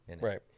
Right